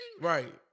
Right